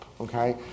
okay